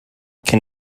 can